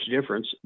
difference